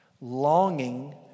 Longing